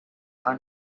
are